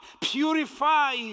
Purify